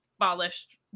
abolished